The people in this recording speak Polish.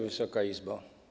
Wysoka Izbo!